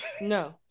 No